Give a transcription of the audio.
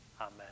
Amen